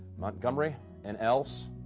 montgomery and ells.